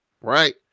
Right